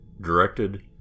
directed